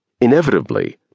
Inevitably